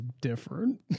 different